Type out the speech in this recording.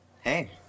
Hey